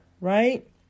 right